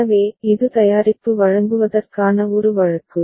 எனவே இது தயாரிப்பு வழங்குவதற்கான ஒரு வழக்கு